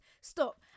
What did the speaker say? stop